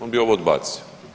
On bi ovo odbacio.